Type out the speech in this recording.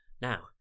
Now